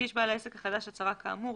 הגיש בעל העסק החדש הצהרה כאמור,